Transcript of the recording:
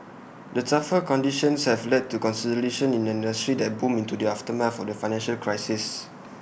the tougher conditions have led to consolidation in an industry that boomed in the aftermath for the financial crisis